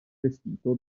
vestito